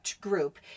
group